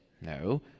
No